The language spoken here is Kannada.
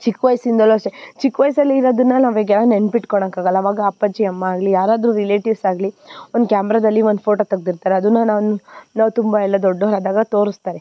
ಚಿಕ್ಕ ವಯಸ್ಸಿಂದಲೂ ಅಷ್ಟೇ ಚಿಕ್ಕ ವಯಸ್ಸಲ್ಲಿ ಇರೋದನ್ನು ನಾವು ಈಗ ಯಾರೂ ನೆನ್ಪಿಟ್ಕೊಳಕ್ ಆಗಲ್ಲ ಅವಾಗ ಅಪ್ಪಾಜಿ ಅಮ್ಮ ಆಗಲಿ ಯಾರಾದ್ರೂ ರಿಲೇಟಿವ್ಸಾಗಲಿ ಒಂದು ಕ್ಯಾಮ್ರದಲ್ಲಿ ಒಂದು ಫೋಟೋ ತೆಗ್ದಿರ್ತಾರೆ ಅದನ್ನು ನಾ ನಾವು ತುಂಬ ಎಲ್ಲ ದೊಡ್ಡವ್ರಾದಾಗ ತೋರಿಸ್ತಾರೆ